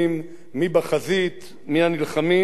מי הנלחמים ומי העומדים על